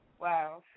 Wow